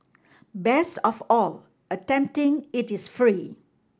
best of all attempting it is free